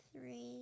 three